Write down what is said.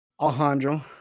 Alejandro